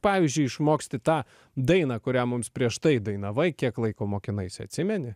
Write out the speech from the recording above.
pavyzdžiui išmoksti tą dainą kurią mums prieš tai dainavai kiek laiko mokinaisi atsimeni